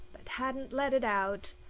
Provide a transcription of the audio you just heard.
hadn't let it out,